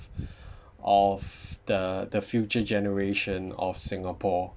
of the the future generation of singapore